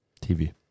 TV